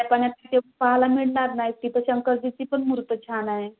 पण तिथे पाहायला मिळणार नाही तिथं शंकरजीची पण मूर्ती छान आहे